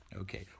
Okay